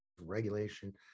regulation